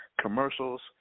commercials